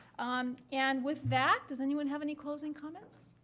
um and with that, does anyone have any closing comments?